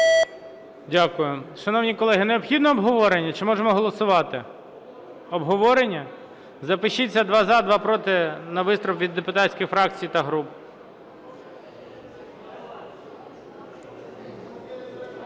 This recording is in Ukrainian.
Дякую. Шановні колеги, необхідне обговорення чи можемо голосувати? Обговорення? Запишіться: два – за, два – проти на виступи від депутатських фракцій та груп.